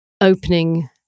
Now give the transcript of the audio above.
opening